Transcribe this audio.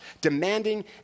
demanding